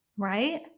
Right